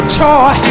toy